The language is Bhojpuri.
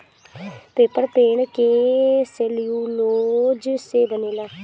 पेपर पेड़ के सेल्यूलोज़ से बनेला